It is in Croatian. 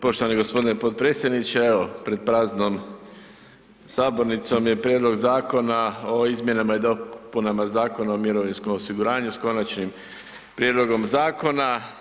Poštovani g. potpredsjedniče, evo pred praznom sabornicom je prijedlog zakona o izmjenama i dopunama Zakona o mirovinskom osiguranju s konačnim prijedlogom zakona.